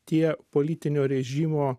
tie politinio režimo